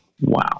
Wow